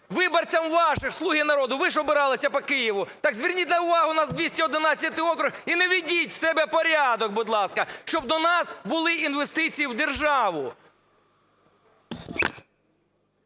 виборцям вашим… "Слуги народу", ви ж обиралися по Києву. Так зверніть увагу на 211 округ і наведіть у себе порядок, будь ласка, щоб до нас були інвестиції в державу.